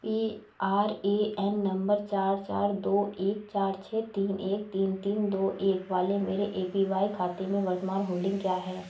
P R A N number चार चार दो एक चार छः तीन एक तीन तीन दो एक वाले मेरे ए पी वाई खाते में वर्तमान होल्डिंग क्या है